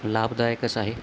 लाभदायकच आहे